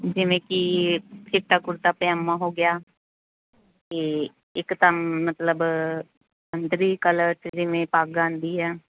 ਜਿਵੇਂ ਕਿ ਚਿੱਟਾ ਕੁੜਤਾ ਪਜਾਮਾ ਹੋ ਗਿਆ ਅਤੇ ਇੱਕ ਤਾਂ ਮਤਲਬ ਸੰਤਰੀ ਕਲਰ 'ਚ ਜਿਵੇਂ ਪੱਗ ਆਉਂਦੀ ਹੈ